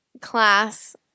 class